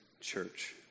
church